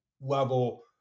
level